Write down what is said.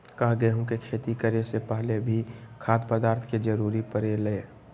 का गेहूं के खेती करे से पहले भी खाद्य पदार्थ के जरूरी परे ले?